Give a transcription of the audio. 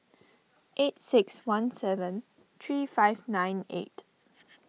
eight six one seven three five nine eight